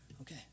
Okay